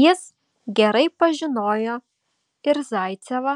jis gerai pažinojo ir zaicevą